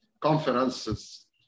conferences